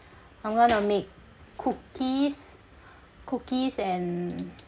I'm gonna make cookies cookies and